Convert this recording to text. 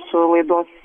su laidos